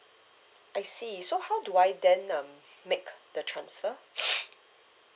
I see so how do I then um make the transfer